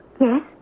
Yes